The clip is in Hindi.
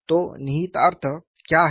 तो निहितार्थ क्या है